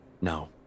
No